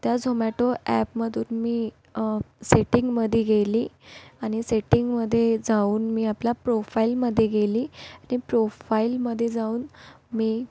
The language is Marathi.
त्या झोमॅटो अॅपमधून मी सेटिंगमध्ये गेले आणि सेटिंगमध्ये जाऊन मी आपल्या प्रोफाईलमध्ये गेले आणि प्रोफाईलमध्ये जाऊन मी